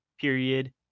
period